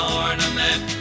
ornament